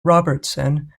robertson